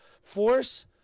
force